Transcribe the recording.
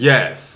Yes